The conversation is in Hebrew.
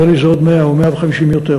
נדמה לי שזה 100 או 150 יותר.